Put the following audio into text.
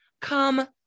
Come